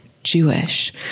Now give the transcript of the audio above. jewish